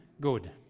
good